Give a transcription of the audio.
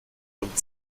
und